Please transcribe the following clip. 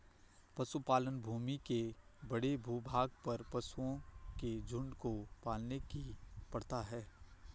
पशुपालन भूमि के बड़े भूभाग पर पशुओं के झुंड को पालने की प्रथा है